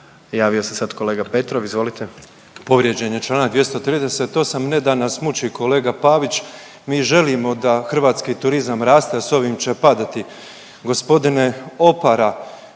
Javio se sad kolega Petrov, izvolite.